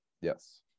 Yes